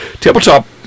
Tabletop